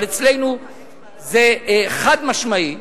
אבל אצלנו זה חד-משמעי,